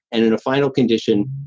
and in a final condition,